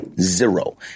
zero